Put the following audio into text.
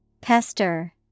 Pester